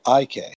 IK